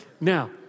Now